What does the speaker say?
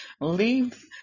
leave